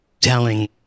telling